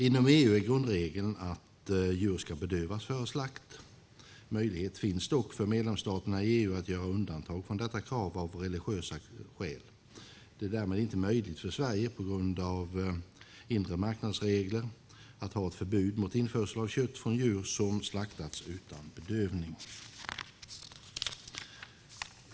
Inom EU är grundregeln att djur ska bedövas före slakt. Möjlighet finns dock för medlemsstaterna i EU att göra undantag från detta krav av religiösa skäl. Det är därmed inte möjligt för Sverige, på grund av inre marknadsregler, att ha ett förbud mot införsel av kött från djur som slaktats utan bedövning.